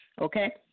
Okay